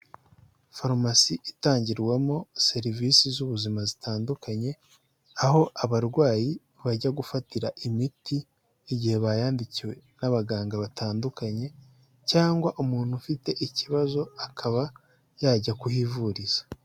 Farumasi itangirwamo serivisi z'ubuzima zitandukanye, aho abarwayi bajya gufatira imiti igihe bayandikiwe n'abaganga batandukanye cyangwa umuntu ufite ikibazo akaba yajya kuhivuriza.